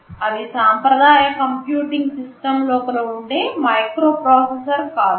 అది సాంప్రదాయ computing system లోపల ఉండే మైక్రోప్రాసెసర్ కాదు